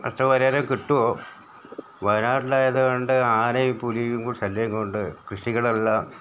നഷ്ട പരിഹാരം കിട്ടുമോ വയനാട്ടിലായതുകൊണ്ട് ആനയും പുലിയുടെയും കൂടി ശല്യം കൊണ്ട് കൃഷികളെല്ലാം